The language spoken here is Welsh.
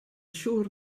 siŵr